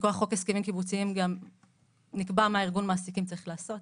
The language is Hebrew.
מכוח חוק הסכמים קיבוציים גם נקבע מה ארגון מעסיקים צריך לעשות,